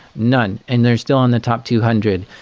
none, and they're still in the top two hundred.